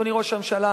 אדוני ראש הממשלה,